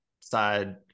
side